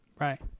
Right